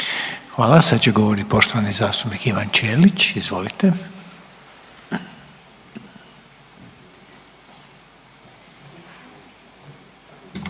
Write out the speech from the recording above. Hvala. Sad će govoriti poštovani zastupnik Ivan Ćelić, izvolite.